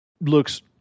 looks